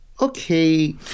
Okay